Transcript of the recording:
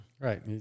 Right